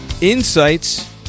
Insights